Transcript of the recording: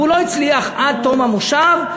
והוא לא הצליח עד תום המושב,